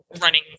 running